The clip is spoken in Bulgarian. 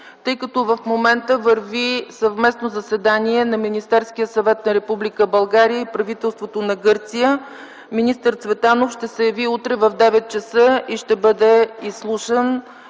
Тъй като в момента върви съвместно заседание на Министерския съвет на Република България и правителството на Гърция, министър Цветанов ще се яви утре в 9,00 ч. и ще бъде изслушан